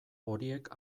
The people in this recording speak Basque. horiek